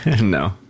No